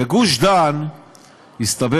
בגוש דן התברר